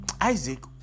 Isaac